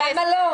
למה לא?